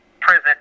prison